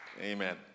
Amen